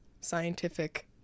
scientific